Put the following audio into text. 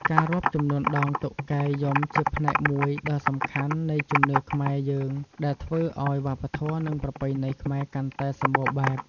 ការរាប់ចំនួនដងតុកែយំជាផ្នែកមួយដ៏សំខាន់នៃជំនឿខ្មែរយើងដែលធ្វើឲ្យវប្បធម៌ និងប្រពៃណីខ្មែរកាន់តែសម្បូរបែប។